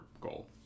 goal